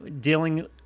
dealing